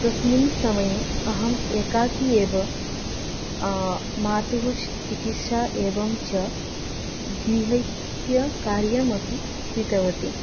तस्मिन् समये अहम् एकाकी एव मातुः शि चिकित्सा एवं च गृहस्य कार्यमपि कृतवती